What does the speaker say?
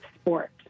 sport